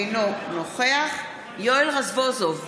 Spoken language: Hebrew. אינו נוכח יואל רזבוזוב,